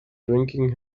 drinking